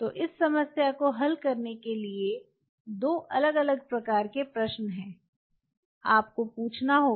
तो इस समस्या को हल करने के लिए 2 अलग अलग प्रकार के प्रश्न हैं आपको पूछना होगा